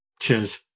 Cheers